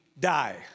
die